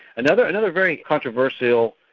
another another very controversial,